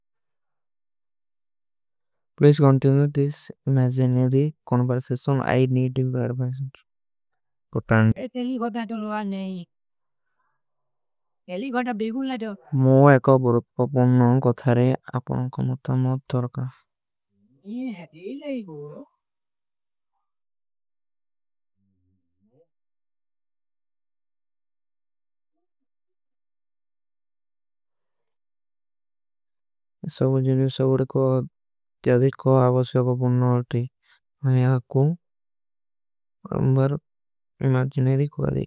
ପ୍ଲୀଜ ଗନ୍ଟିଲ୍ଯୂଟିସ ଇମାଜିନେଦୀ କୋନ୍ପରସେଶନ ଆଈ। ନୀଟୀ ପ୍ରାଡବାଇସଂଚ ପୁଟାନ ଯେ ତେଲୀ। ଗଡା ତୋଲଵା ନହୀଂ ତେଲୀ ଗଡା ବେଖୁନ ଲଡୋ। ମୁଝେ ଏକ ବୁରୁତ୍ପା ପୁନ୍ଣୋଂ କୋ ଥାରେ ଆପକୋ ମୁଠା ମୌତ ରକା।